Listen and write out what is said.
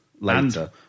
later